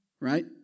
right